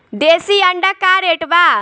देशी अंडा का रेट बा?